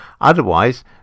Otherwise